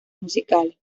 musicales